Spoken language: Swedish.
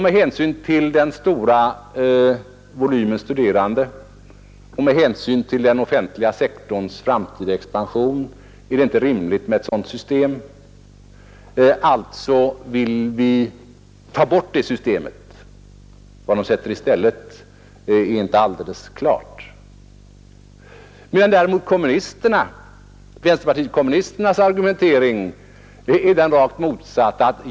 Med hänsyn till den stora volymen studerande och den offentliga sektorns framtida omfattning är det inte rimligt med ett sådant system. Alltså vill moderata samlingspartiet ta bort systemet. Vad man önskar sätta i stället är inte alldeles klart. Vänsterpartiet kommunisternas argumentering är den rakt motsatta.